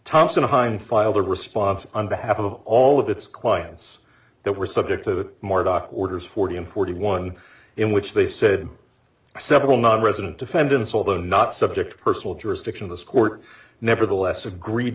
thomson hind filed a response on behalf of all of its clients that were subject to more doc orders forty and forty one in which they said several nonresident defendants although not subject to personal jurisdiction this court nevertheless agreed